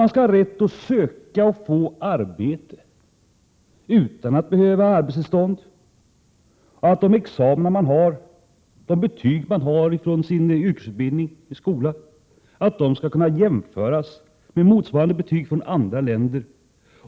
Man skall ha rätt att söka och få arbete utan att behöva ha arbetstillstånd. De examina och de betyg man har från sin yrkesutbildning skall kunna jämföras med motsvarande betyg från andra länder.